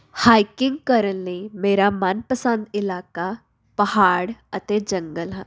hiking ਕਰਨ ਲਈ ਮੇਰਾ ਮਨਪਸੰਦ ਇਲਾਕਾ ਪਹਾੜ ਅਤੇ ਜੰਗਲ ਹਨ